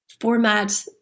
format